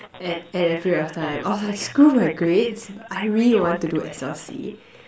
at at that period of time I was like screw my grades but I really want to do S_L_C